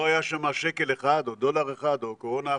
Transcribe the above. היה שם שקל אחד או דולר אחד או קורונה אחת,